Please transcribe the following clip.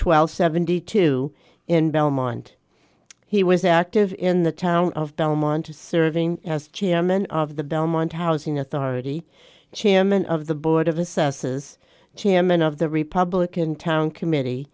twelve seventy two in belmont he was active in the town of belmont to serving as chairman of the belmont housing authority chairman of the board of assesses chairman of the republican town committee